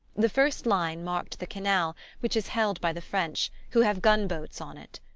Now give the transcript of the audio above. the first line marked the canal, which is held by the french, who have gun-boats on it.